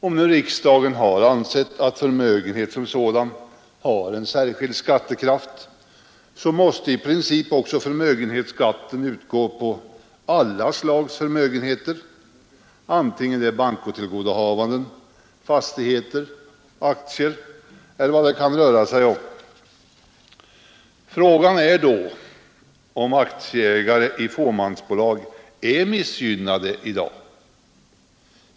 Om nu riksdagen har ansett att förmögenhet som sådan har en särskild skattekraft måste i princip också förmögenhetsskatten utgå på alla slags förmögenheter vare sig det rör sig om banktillgodohavanden, fastigheter, aktier eller något annat. Frågan är då om aktieägare i fåmansbolag är missgynnade i dag.